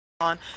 on